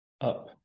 up